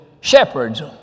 shepherds